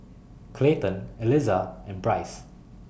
Clayton Eliza and Bryce